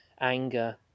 anger